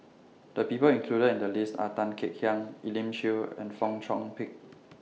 The People included in The list Are Tan Kek Hiang Elim Chew and Fong Chong Pik